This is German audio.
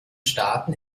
staaten